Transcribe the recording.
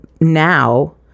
now